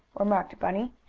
remarked bunny.